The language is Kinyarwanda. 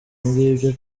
ngibyo